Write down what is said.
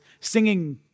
singing